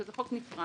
שזה חוק נפרד,